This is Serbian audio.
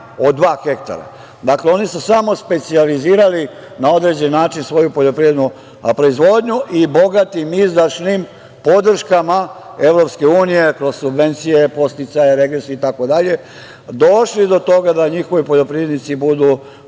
od dva hektara. Dakle, oni su samo specijalizirali na određen način svoju poljoprivrednu proizvodnju i bogatim, izdašnim podrškama EU kroz subvencije, podsticaje, regrese i tako dalje, došli do toga da njihovi poljoprivrednici budu